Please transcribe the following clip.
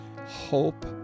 hope